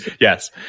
Yes